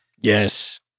Yes